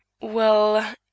Well